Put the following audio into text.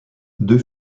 deux